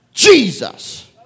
Jesus